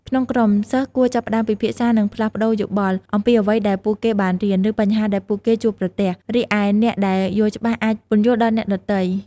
ក្នុងក្រុម សិស្សគួរចាប់ផ្ដើមពិភាក្សានិងផ្លាស់ប្ដូរយោបល់ អំពីអ្វីដែលពួកគេបានរៀន ឬបញ្ហាដែលពួកគេជួបប្រទះ។ រីឯអ្នកដែលយល់ច្បាស់អាចពន្យល់ដល់អ្នកដទៃ។